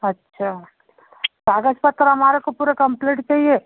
अच्छा कागज़ पत्र हमारे को पूरे कम्प्लीट चाहिए